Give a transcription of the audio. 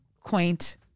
quaint